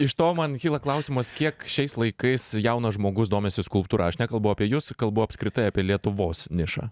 iš to man kyla klausimas kiek šiais laikais jaunas žmogus domisi skulptūra aš nekalbu apie jus kalbu apskritai apie lietuvos nišą